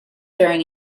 during